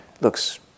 Looks